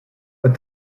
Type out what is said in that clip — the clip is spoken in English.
but